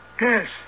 Yes